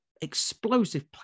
explosive